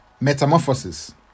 metamorphosis